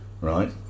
Right